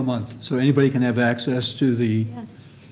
month so anybody can have access to the yes.